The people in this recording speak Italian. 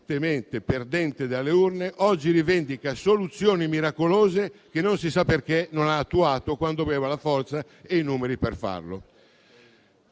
precedentemente perdente dalle urne, oggi rivendica soluzioni miracolose che, non si sa perché, non ha attuato quando aveva la forza e i numeri per farlo.